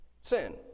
Sin